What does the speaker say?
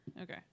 okay